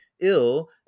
ill